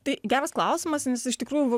tai geras klausimas nes iš tikrųjų